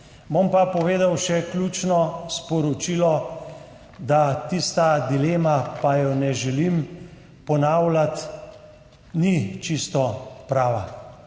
bom pa povedal še ključno sporočilo – da tista dilema, pa je ne želim ponavljati, ni čisto prava.